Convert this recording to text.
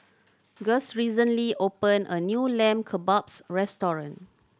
Guss recently opened a new Lamb Kebabs Restaurant